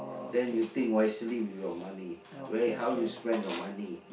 then you think wisely with your money where how you spend your money